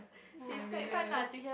oh-my-goodness